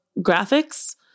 graphics